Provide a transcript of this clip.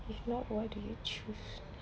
if not why do you choose